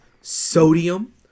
Sodium